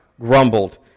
grumbled